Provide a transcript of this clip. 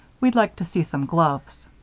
we'd like to see some gloves.